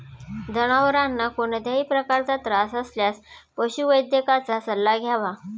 जनावरांना कोणत्याही प्रकारचा त्रास असल्यास पशुवैद्यकाचा सल्ला घ्यावा